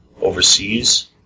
overseas